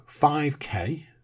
5k